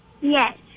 Yes